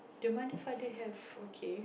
the mother father have okay